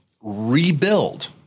rebuild